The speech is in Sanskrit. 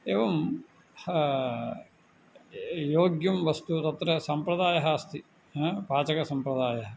एवं योग्यं वस्तु तत्र सम्प्रदायः अस्ति हा पाचकसम्प्रदायः